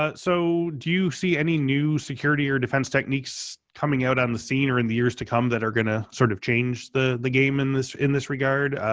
ah so do you see any new security or defense techniques coming out on the scene or in the years to come that are going to sort of change the the game in this in this regard?